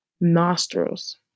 nostrils